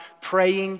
praying